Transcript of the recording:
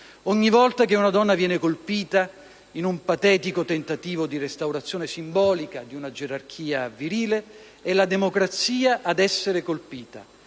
Ogni volta che una donna viene colpita, in un patetico tentativo di restaurazione simbolica di una gerarchia virile, è la democrazia ad essere colpita,